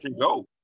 go